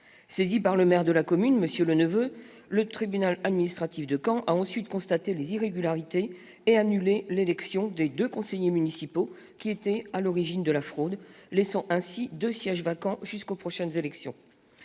Saisi par le maire de la commune, M. Leneveu, le tribunal administratif de Caen a ensuite constaté les irrégularités et annulé l'élection des deux conseillers municipaux qui étaient à l'origine de la fraude, laissant ainsi deux sièges vacants jusqu'aux prochaines élections.